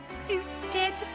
suited